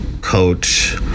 coach